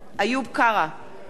נגד מירי רגב,